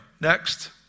Next